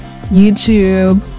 YouTube